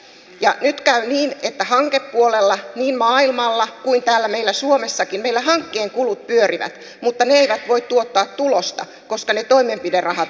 nyt käy niin että hankepuolella niin maailmalla kuin täällä meillä suomessakin hankkeen kulut pyörivät mutta ne eivät voi tuottaa tulosta koska ne toimenpiderahat on leikattu pois